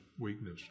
weakness